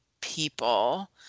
people